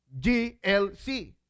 GLC